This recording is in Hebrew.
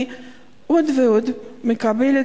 אני מקבלת עוד ועוד תלונות